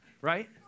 right